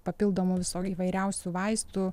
papildomų visokių įvairiausių vaistų